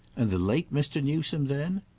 and the late mr. newsome then?